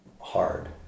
hard